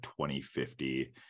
2050